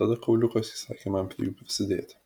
tada kauliukas įsakė man prie jų prisidėti